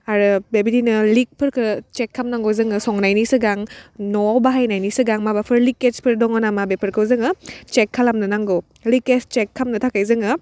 आरो बेबायदिनो लिगफोरखौ चेक खामनांगौ जोङो संनायनि सिगां न'वाव बाहायनायनि सिगां माबाफोर लिगकेसफोर दङ नामा बेफोरखौ जोङो चेक खालामनो नांगौ लिगकेस चेक खालामनो थाखाय जोङो